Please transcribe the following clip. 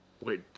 Wait